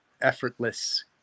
effortless